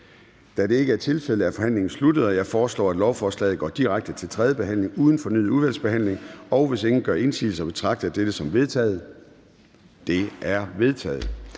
Da det ikke er tilfældet, er forhandlingen sluttet. Jeg foreslår, at lovforslaget går direkte til tredje behandling uden fornyet udvalgsbehandling. Hvis ingen gør indsigelse, betragter jeg dette som vedtaget. Det er vedtaget.